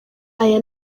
aya